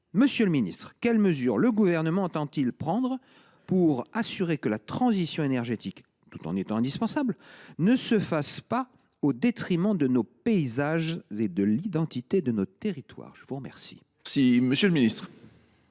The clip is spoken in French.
Monsieur le ministre, quelles mesures le Gouvernement entend il prendre pour assurer que la transition énergétique, qui est indispensable, ne se fasse pas au détriment de nos paysages et de l’identité de nos territoires ? La parole est à M. le ministre